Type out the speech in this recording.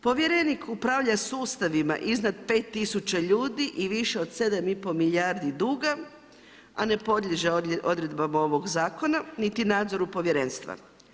Povjerenik upravlja sustavima iznad 5000 ljudi i više od 7 i pol milijardi duga, a ne podliježe odredbama ovog zakona, niti nadzoru povjerenstva.